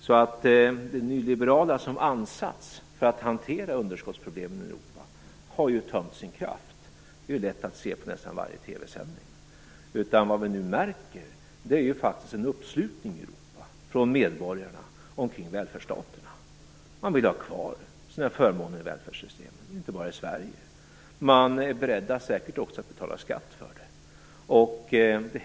Det nyliberala tänkandet som ansats för att hantera underskottsproblemen i Europa har ju tömt sin kraft. Det är lätt att se på nästan varje TV-sändning. Nu märker vi faktiskt en uppslutning från medborgarna i Europa omkring välfärdsstaterna. Man vill ha kvar sina förmåner i välfärdssystemen. Det är inte bara i Sverige det är så. Man är säkert också beredda att betala skatt för det.